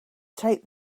take